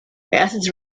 acids